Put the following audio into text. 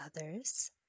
others